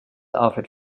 alfred